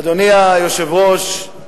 אדוני היושב-ראש,